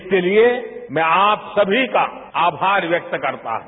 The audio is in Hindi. इसके लिए मैं आप समी का आमार व्यक्त करता हूं